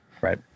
Right